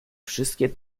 wszystkie